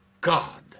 God